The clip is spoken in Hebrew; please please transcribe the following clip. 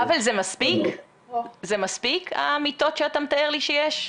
פבל, זה מספיק המיטות שאתה מתאר לי שיש?